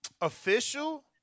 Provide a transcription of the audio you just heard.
Official